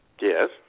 Yes